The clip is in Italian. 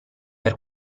per